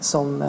Som